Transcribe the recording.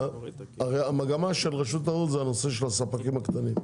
--- הרי המגמה של רשות הרוב זה נושא הספקים הקטנים,